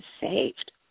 saved